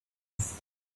face